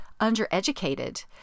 undereducated